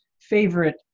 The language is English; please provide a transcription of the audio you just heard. favorite